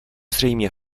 zřejmě